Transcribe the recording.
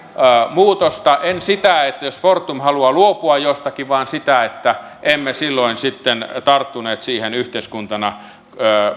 muutosta en sitä jos fortum haluaa luopua jostakin vaan sitä että emme silloin tarttuneet siihen yhteiskuntana